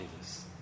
Jesus